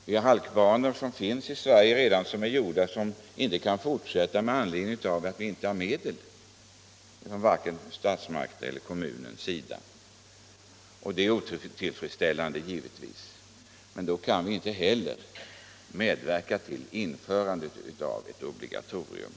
De halkbanor som finns i Sverige kan vi inte fortsätta att använda i full usträckning med anledning av att varken statsmakter eller kommuner har medel för det. Det är givetvis otillfredsställande. Men i en sådan situation kan vi inte heller medverka till införandet av ett obligatorium.